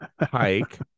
hike